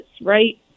right